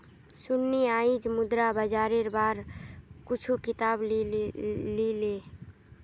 सन्नी आईज मुद्रा बाजारेर बार कुछू किताब ली ले